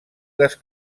les